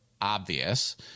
obvious